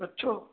ਅੱਛਾ